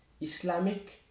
Islamic